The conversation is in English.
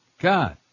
God